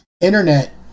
internet